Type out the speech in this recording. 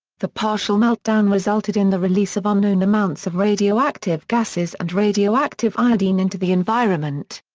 the partial meltdown resulted in the release of unknown amounts of radioactive gases and radioactive iodine into the environment.